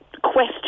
question